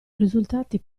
risultati